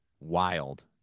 wild